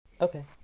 Okay